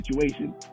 situation